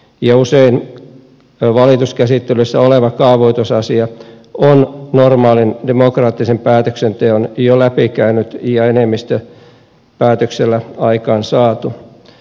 usein valituskäsittelyssä oleva kaavoitusasia on normaalin demokraattisen päätöksenteon jo läpikäynyt ja enemmistöpäätöksellä aikaansaatu